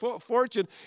fortune